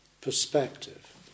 perspective